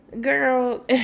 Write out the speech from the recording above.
Girl